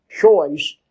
choice